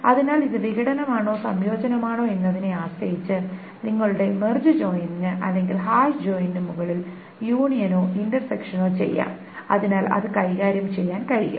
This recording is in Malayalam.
അതിനാൽ ഇത് വിഘടനാണോ സംയോജനമാണോ എന്നതിനെ ആശ്രയിച്ച് നിങ്ങളുടെ മെർജ് ജോയിനിന് അല്ലെങ്കിൽ ഹാഷ് ജോയിനിന് മുകളിൽ യൂണിയനോ ഇന്റർസെക്ഷനോ ചെയ്യാം അതിനാൽ അത് കൈകാര്യം ചെയ്യാൻ കഴിയും